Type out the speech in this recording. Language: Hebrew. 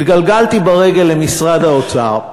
התגלגלתי ברגל למשרד האוצר,